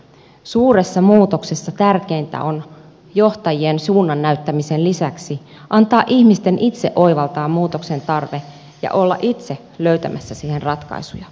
suuressa muutoksessa tärkeintä on johtajien suunnan näyttämisen lisäksi antaa ihmisten itse oivaltaa muutoksen tarve ja olla itse löytämässä siihen ratkaisuja